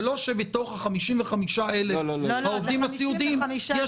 זה לא שבתוך ה-55,000 העובדים הסיעודיים יש